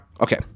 Okay